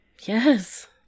Yes